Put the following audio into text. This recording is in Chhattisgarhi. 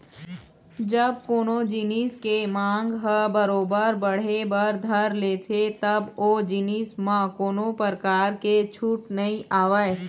जब कोनो जिनिस के मांग ह बरोबर बढ़े बर धर लेथे तब ओ जिनिस म कोनो परकार के छूट नइ आवय